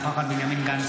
אינה נוכחת בנימין גנץ,